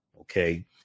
Okay